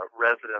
residents